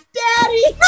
daddy